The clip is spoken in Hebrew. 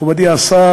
מכובדי השר,